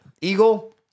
Eagle